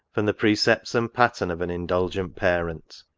from the precepts and pattern of an indulgent parent.